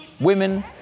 women